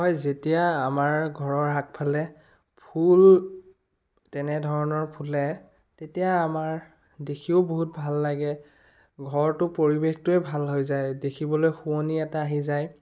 হয় যেতিয়া আমাৰ ঘৰৰ আগফালে ফুল তেনেধৰণৰ ফুলে তেতিয়া আমাৰ দেখিও বহুত ভাল লাগে ঘৰটোৰ পৰিৱেশটোৱে ভাল হৈ যায় দেখিবলৈ শুৱনি এটা আহি যায়